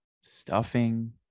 stuffing